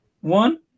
one